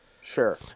Sure